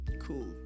cool